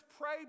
pray